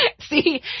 See